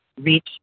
reach